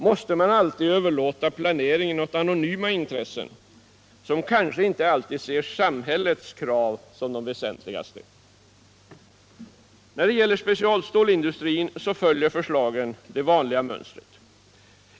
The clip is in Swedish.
Måste man alltid överlåta planeringen åt anonyma intressen, som kanske inte alltid ser samhällets krav som de väsentligaste? När det gäller specialstålindustrin följer förslagen det vanliga mönstret.